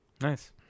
Nice